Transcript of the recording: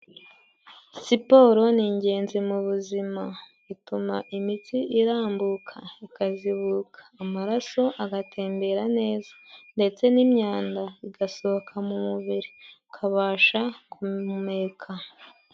Siporo ni ingenzi mu buzima ituma imitsi irambuka ikazibuka amaraso agatembera neza ndetse n'imyanda igasohoka mu mubiri ukabasha guhumeka.